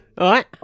right